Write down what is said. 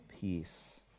Peace